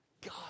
God